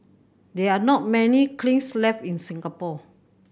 there are not many kilns left in Singapore